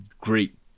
great